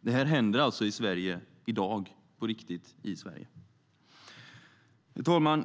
Det här händer alltså i Sverige i dag, på riktigt. Herr talman!